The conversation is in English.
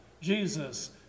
Jesus